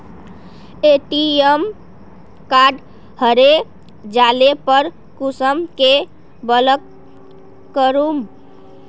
ATM card हरे जाले पर कुंसम के ब्लॉक करूम?